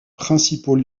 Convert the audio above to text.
principaux